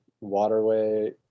waterway